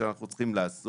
אותו אנחנו צריכים לעשות